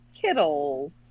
Kittles